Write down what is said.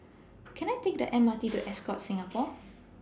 Can I Take The M R T to Ascott Singapore